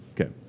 Okay